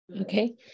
Okay